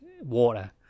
water